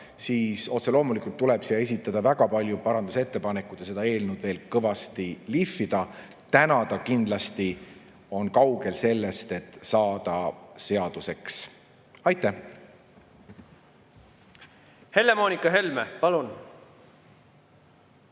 siis otse loomulikult tuleb siia esitada väga palju parandusettepanekuid ja seda eelnõu veel kõvasti lihvida. Täna see kindlasti on kaugel sellest, et saada seaduseks. Aitäh! Ja sellega